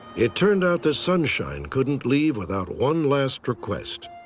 it turned out that sunshine couldn't leave without one last request.